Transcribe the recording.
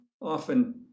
often